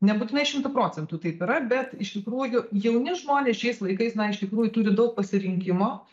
nebūtinai šimtu procentų taip yra bet iš tikrųjų jauni žmonės šiais laikais na iš tikrųjų turi daug pasirinkimo